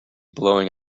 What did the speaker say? blowing